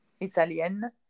italienne